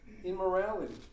Immorality